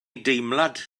deimlad